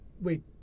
Wait